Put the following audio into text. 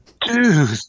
Dude